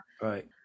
Right